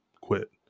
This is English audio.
Quit